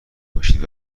باشید